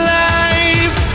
life